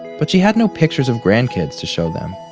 but she had no pictures of grandkids to show them.